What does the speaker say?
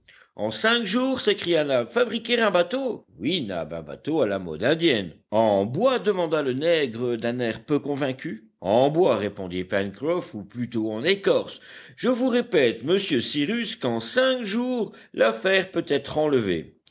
en cinq jours s'écria nab fabriquer un bateau oui nab un bateau à la mode indienne en bois demanda le nègre d'un air peu convaincu en bois répondit pencroff ou plutôt en écorce je vous répète monsieur cyrus qu'en cinq jours l'affaire peut être enlevée